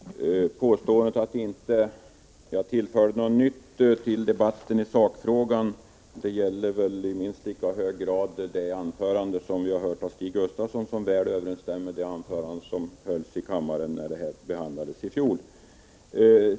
Herr talman! Påståendet att jag inte tillförde debatten något nytt i sakfrågan gäller i minst lika hög grad för det anförande som vi hörde av Stig Gustafsson, vilket väl överensstämde med det anförande som han höll i kammaren när denna fråga behandlades i fjol.